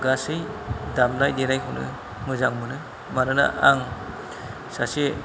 गासै दामनाय देनायखौनो मोजां मोनो मानोना आं सासे